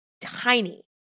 tiny